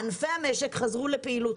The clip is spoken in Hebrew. ענפי המשק חזרו לפעילות,